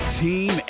team